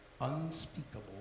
unspeakable